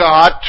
God